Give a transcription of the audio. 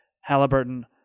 Halliburton